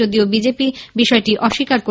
যদিও বিজেপি গোটা বিষয়টি অস্বীকার করে